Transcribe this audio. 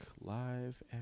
Live